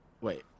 wait